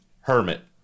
Hermit